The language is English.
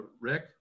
Rick